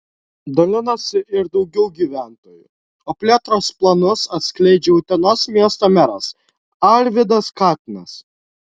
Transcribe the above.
dalinasi ir daugiau gyventojų o plėtros planus atskleidžia utenos miesto meras alvydas katinas